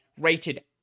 rated